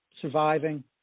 surviving